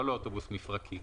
לא לאוטובוס מפרקי.